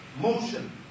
motion